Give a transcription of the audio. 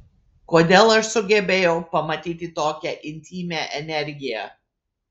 kodėl aš sugebėjau pamatyti tokią intymią energiją